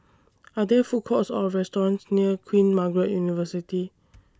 Are There Food Courts Or restaurants near Queen Margaret University